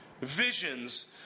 visions